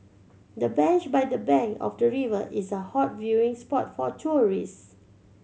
the bench by the bank of the river is a hot viewing spot for tourist